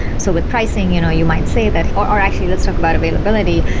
so with pricing, you know you might say that or actually, let's talk about availability.